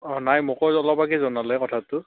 অঁ নাই মোকো অলপ আগে জনালে কথাটো